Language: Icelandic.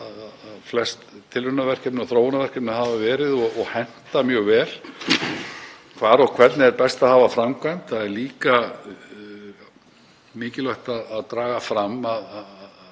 sem flest tilraunaverkefni eða þróunarverkefni hafa verið og henta mjög vel, hvar og hvernig er best að haga framkvæmd. Það er líka mikilvægt að draga fram